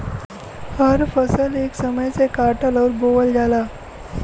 हर फसल एक समय से काटल अउर बोवल जाला